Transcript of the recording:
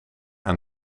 aan